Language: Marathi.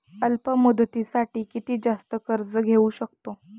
अल्प मुदतीसाठी किती जास्त कर्ज घेऊ शकतो?